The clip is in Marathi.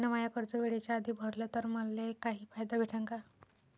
मिन माय कर्ज वेळेच्या आधी भरल तर मले काही फायदा भेटन का?